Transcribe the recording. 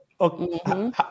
Okay